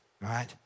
right